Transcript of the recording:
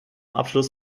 abschluss